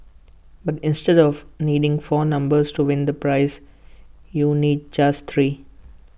but instead of needing four numbers to win the prize you need just three